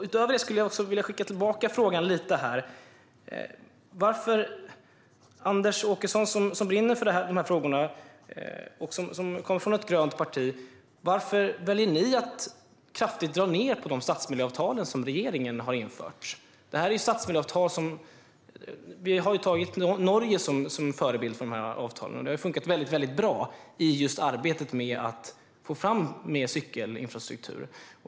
Utöver detta skulle jag vilja skicka en fråga tillbaka till Anders Åkesson, som brinner för de här frågorna och som kommer från ett grönt parti: Varför väljer ni att kraftigt dra ned på de stadsmiljöavtal som regeringen har infört? Vi har tagit Norge som förebild för dessa avtal, och de har funkat väldigt bra i arbetet med att få fram mer cykelinfrastruktur.